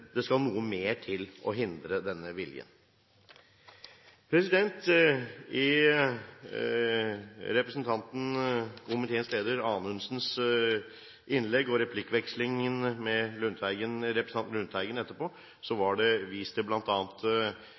det skal noe mer til for å hindre denne viljen. I innlegget til komiteens leder, Anundsen, og i replikkvekslingen med representanten Lundteigen etterpå ble det bl.a. vist